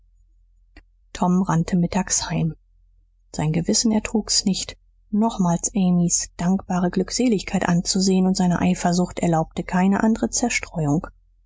tom rannte mittags heim sein gewissen ertrug's nicht nochmals amys dankbare glückseligkeit anzusehen und seine eifersucht erlaubte keine andere zerstreuung